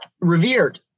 revered